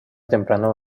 temprano